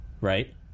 right